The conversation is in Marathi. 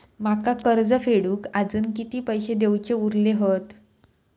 माका कर्ज फेडूक आजुन किती पैशे देऊचे उरले हत?